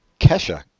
Kesha